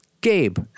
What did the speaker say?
Gabe